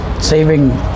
saving